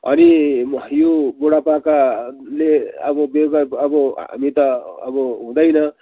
अनि यो बुढापाकाले अब अब हामी त अब हुँदैन